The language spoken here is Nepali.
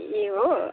ए हो